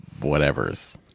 whatevers